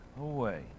away